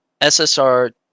SSR